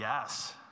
yes